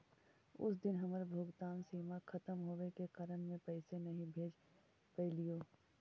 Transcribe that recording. उस दिन हमर भुगतान सीमा खत्म होवे के कारण में पैसे नहीं भेज पैलीओ